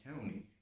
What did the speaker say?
County